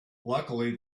luckily